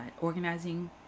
organizing